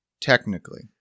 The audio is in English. technically